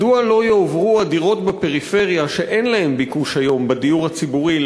מדוע לא יועברו הדירות בפריפריה שאין להן ביקוש היום בדיור הציבורי